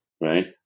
right